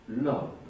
love